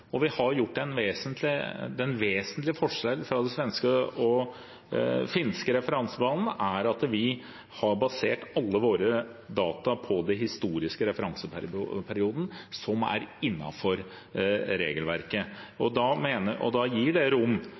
og den vesentlige forskjellen fra den svenske og den finske referansebanen er at vi har basert alle våre data på den historiske referanseperioden, som er innenfor regelverket. Da gir det rom